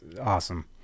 awesome